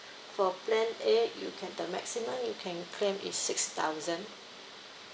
for plan A you get the maximum you can claim is six thousand